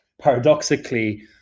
paradoxically